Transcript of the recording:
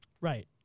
Right